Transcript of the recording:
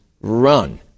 run